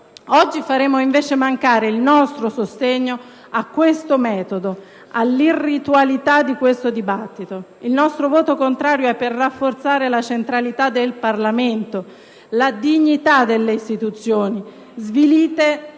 Oggi faremo invece mancare il nostro sostegno a questo metodo, all'irritualità di questo dibattito. Il nostro voto contrario è per rafforzare la centralità del Parlamento, la dignità delle istituzioni svilite